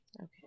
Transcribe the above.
okay